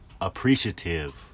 appreciative